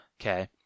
Okay